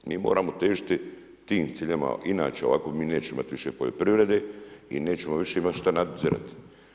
Mi moramo težiti tim ciljevima inače ovako mi nećemo imati više poljoprivrede i nećemo više imati šta nadzirati.